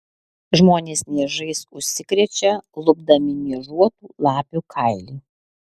žmonės niežais užsikrečia lupdami niežuotų lapių kailį